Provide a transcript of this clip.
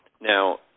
Now